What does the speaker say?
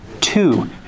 two